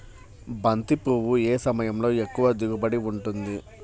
బంతి పువ్వు ఏ సమయంలో ఎక్కువ దిగుబడి ఉంటుంది?